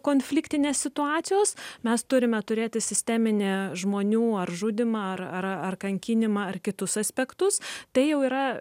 konfliktinės situacijos mes turime turėti sisteminį žmonių ar žudymą ar ar kankinimą ar kitus aspektus tai jau yra